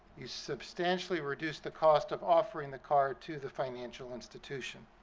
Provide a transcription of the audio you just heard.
you substantially reduce the cost of offering the card to the financial institution.